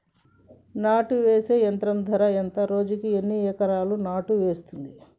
నాటు వేసే యంత్రం ధర ఎంత రోజుకి ఎన్ని ఎకరాలు నాటు వేస్తుంది?